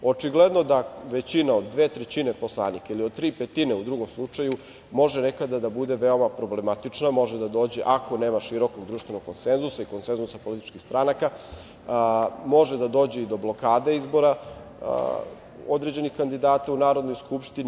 Očigledno da većina od dve trećine poslanika ili od tri petine u drugom slučaju može nekada da bude veoma problematična, može da dođe, ako nema širokog društvenog konsenzusa i konsenzusa političkih stranaka, i do blokade izbora određenih kandidata u Narodnoj skupštini.